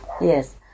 yes